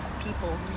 people